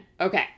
Okay